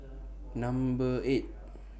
Number eight